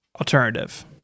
alternative